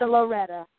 Loretta